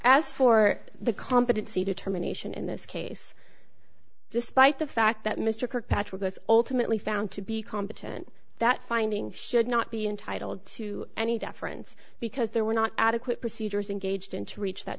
as for the competency determination in this case despite the fact that mr kirkpatrick was ultimately found to be competent that finding should not be entitled to any deference because there were not adequate procedures engaged in to reach that